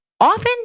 often